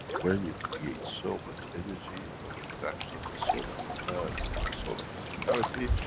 when you create so much energy, from interaction of the soul of the man, and the soul of physicality,